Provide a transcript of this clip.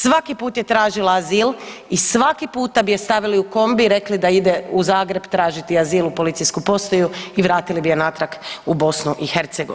Svaki put je tražila azil i svaki puta bi je stavili u kombi i rekli da ide u Zagreb tražiti azil u policijsku postaju i vratili bi je natrag u BiH.